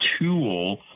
tool